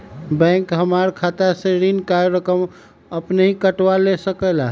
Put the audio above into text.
Bank हमार खाता से ऋण का रकम अपन हीं काट ले सकेला?